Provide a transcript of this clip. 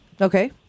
Okay